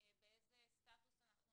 באיזה סטטוס אנחנו נמצאים,